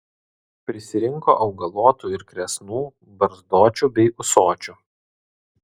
prisirinko augalotų ir kresnų barzdočių bei ūsočių